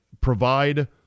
provide